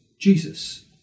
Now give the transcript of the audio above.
Jesus